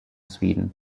sweden